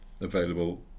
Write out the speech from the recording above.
available